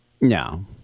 No